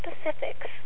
specifics